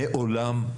מעולם,